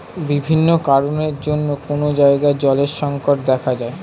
বিভিন্ন কারণের জন্যে কোন জায়গায় জলের সংকট দেখা যায়